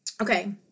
Okay